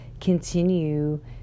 continue